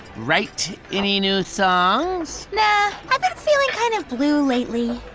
write any new songs? nah, yeah i've been feeling kind of blue lately.